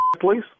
please